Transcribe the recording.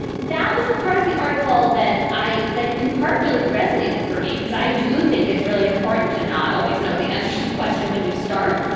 that was the part of the article that i impart really resonated for me, because i do think it's really important to not always know the answer to the question when you start.